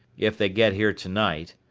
if they get here tonight.